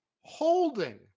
holding